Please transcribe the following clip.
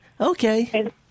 Okay